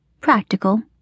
practical